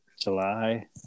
July